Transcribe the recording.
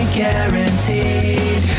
guaranteed